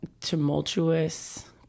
tumultuous